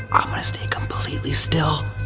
i'm gonna stay completely still.